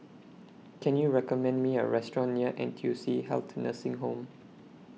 Can YOU recommend Me A Restaurant near N T U C Health Nursing Home